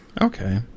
okay